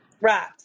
Right